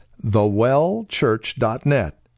thewellchurch.net